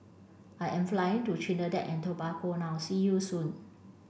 I am flying to Trinidad and Tobago now see you soon